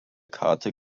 karten